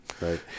right